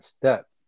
step